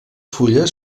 fulles